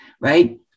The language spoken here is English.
right